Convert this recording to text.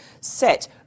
set